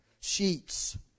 sheets